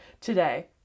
today